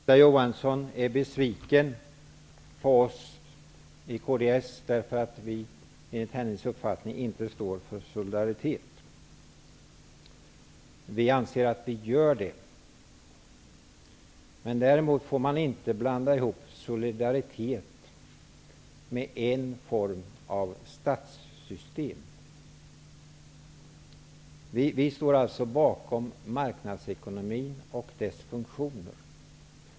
Herr talman! Anita Johansson är besviken på oss i kds därför att vi enligt hennes uppfattning inte står för solidaritet. Vi anser att vi gör det. Däremot får man inte blanda ihop solidaritet med en form av statssystem. Vi står alltså bakom marknadsekonomin och dess funktioner.